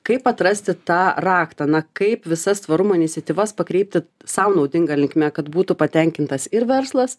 kaip atrasti tą raktą na kaip visas tvarumo iniciatyvas pakreipti sau naudinga linkme kad būtų patenkintas ir verslas